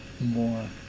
more